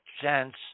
chance